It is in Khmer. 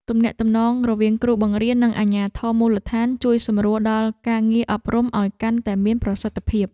ទំនាក់ទំនងរវាងគ្រូបង្រៀននិងអាជ្ញាធរមូលដ្ឋានជួយសម្រួលដល់ការងារអប់រំឱ្យកាន់តែមានប្រសិទ្ធភាព។